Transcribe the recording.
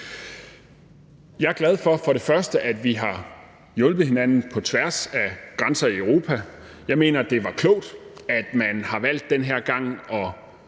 Jeg er glad for, at vi har hjulpet hinanden på tværs af grænser i Europa. Jeg mener, at det er klogt, at man den her gang